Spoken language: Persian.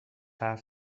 حرف